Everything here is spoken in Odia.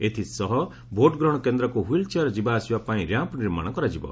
ଏଥିସହ ଭୋଟ୍ ଗ୍ରହଣ କେନ୍ଦ୍ରକ୍ ହିଲ୍ ଚେୟାର ଯିବାଆସିବା ପାଇଁ ରାମ୍ମ୍ ନିର୍ମାଶ କରାଯିବ